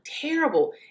terrible